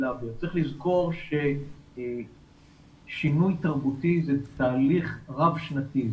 צריך לזכור ששינוי תרבותי זה תהליך רב שנתי.